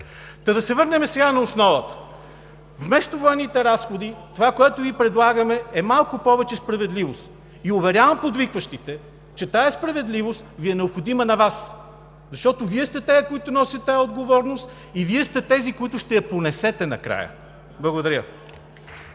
Та да се върнем сега на основата. Вместо военните разходи, това, което Ви предлагаме, е малко повече справедливост! И уверявам подвикващите, че тази справедливост Ви е необходима на Вас, защото Вие сте тези, които носят тази отговорност и Вие сте тези, които ще я понесете накрая. Благодаря.